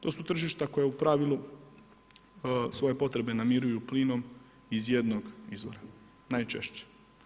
To su tržišta koja u pravilu svoje potrebe namiruju plinom iz jednog izvora, najčešće.